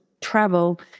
travel